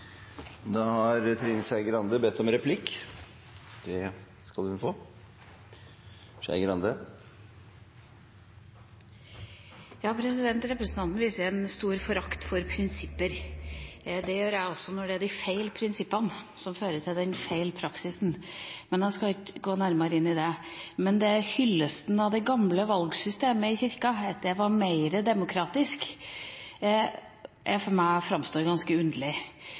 Trine Skei Grande har bedt om ordet til replikk. Representanten viser en stor forakt for prinsipper. Det gjør jeg også – når det er feil prinsipper, som fører til feil praksis. Men jeg skal ikke gå nærmere inn på det. Hyllesten av det gamle valgsystemet i Kirka – at det var mer demokratisk – framstår for meg ganske underlig.